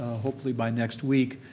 hopefully by next week,